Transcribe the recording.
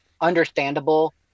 understandable